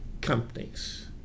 companies